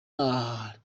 yahakanye